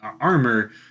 armor